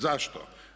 Zašto?